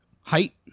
Height